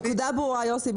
הנקודה ברורה, יוסי.